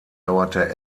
dauerte